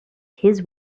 his